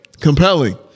Compelling